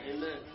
Amen